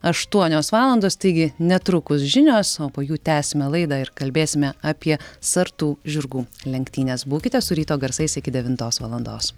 aštuonios valandos taigi netrukus žinios o po jų tęsime laidą ir kalbėsime apie sartų žirgų lenktynes būkite su ryto garsais iki devintos valandos